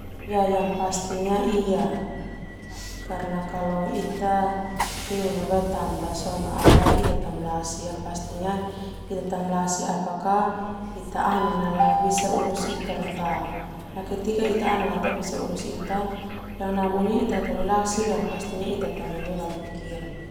Yang pastinya ia karena ita tamalasi ita ana na taurus ita sona pasti ita tanu beban pikiran.